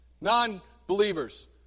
Non-believers